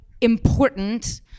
important